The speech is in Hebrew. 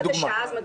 לדוגמה.